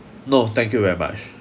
no thank you very much